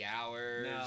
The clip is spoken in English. hours